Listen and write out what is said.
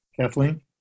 Kathleen